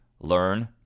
Learn